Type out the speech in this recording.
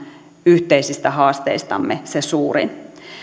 yhteisistä haasteistamme se suurin